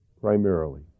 primarily